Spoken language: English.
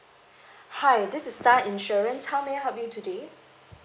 hi this is star insurance how may I help you today